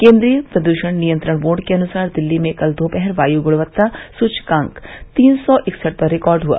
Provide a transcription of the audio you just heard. केन्द्रीय प्रदूषण नियंत्रण बोर्ड के अनुसार दिल्ली में कल दोपहर वायु गुणवत्ता सूचकांक तीन सौ इकसठ पर रिकॉर्ड हुआ